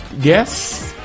guess